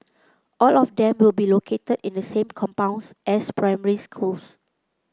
all of them will be located in the same compounds as primary schools